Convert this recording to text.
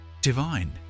divine